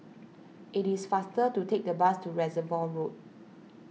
it is faster to take the bus to Reservoir Road